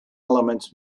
elements